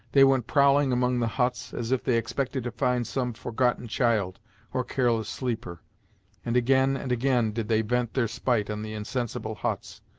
they went prowling among the huts, as if they expected to find some forgotten child or careless sleeper and again and again did they vent their spite on the insensible huts,